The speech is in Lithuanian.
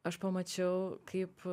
aš pamačiau kaip